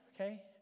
okay